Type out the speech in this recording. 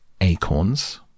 acorns